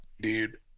dude